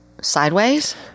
sideways